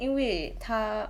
因为她